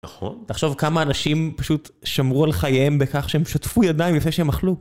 נכון. תחשוב כמה אנשים פשוט שמרו על חייהם בכך שהם שטפו ידיים לפני שהם אכלו.